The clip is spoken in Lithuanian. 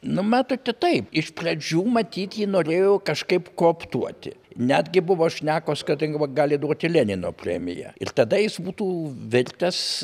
nu matote taip iš pradžių matyt ji norėjo kažkaip kooptuoti netgi buvo šnekos kadangi va gali duoti lenino premiją ir tada jis būtų virtęs